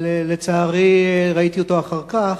אבל לצערי ראיתי אותו אחר כך.